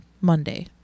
monday